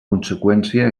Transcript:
conseqüència